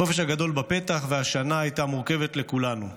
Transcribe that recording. החופש הגדול בפתח והשנה הייתה מורכבת לכולנו,